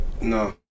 No